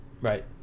Right